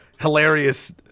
hilarious